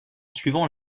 suivant